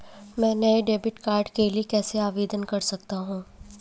मैं नए debit card के लिए कैसे आवेदन कर सकता हूँ?